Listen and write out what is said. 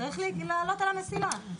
צריך לעלות על המסילה.